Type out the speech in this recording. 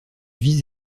vise